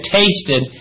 tasted